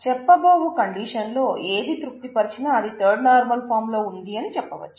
చెప్పబోవు condition లో ఏది తృప్తి పరచిన అది థర్డ్ నార్మల్ ఫాం లో ఉంది అని చెప్పవచ్చు